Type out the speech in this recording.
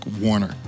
Warner